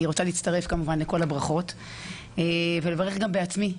אני רוצה להצטרף כמובן לכל הברכות ולברך גם בעצמי.